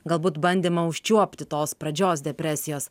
galbūt bandymą užčiuopti tos pradžios depresijos